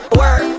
work